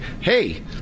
hey